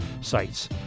sites